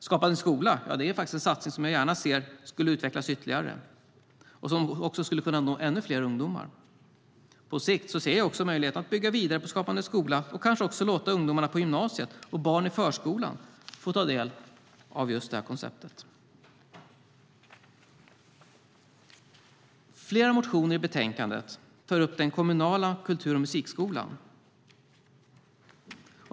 Skapande skola är en satsning som jag gärna skulle se utvecklas ytterligare och som skulle kunna nå fler ungdomar. På sikt ser jag också möjligheten att bygga vidare på Skapande skola och kanske också låta ungdomarna på gymnasiet och barn i förskolan få ta del av konceptet. Flera motioner i betänkandet tar upp den kommunala kultur och musikskolan.